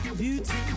beauty